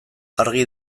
argi